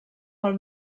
pel